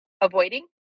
avoiding